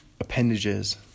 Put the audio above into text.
appendages